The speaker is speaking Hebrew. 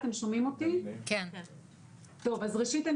ראשית,